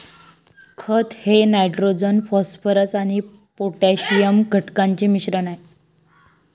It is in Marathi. खत हे नायट्रोजन फॉस्फरस आणि पोटॅशियम घटकांचे मिश्रण आहे